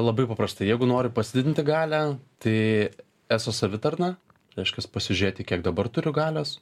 labai paprastai jeigu nori pasididinti galią tai eso savitarna reiškias pasižiūrėti kiek dabar turiu galios